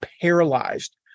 paralyzed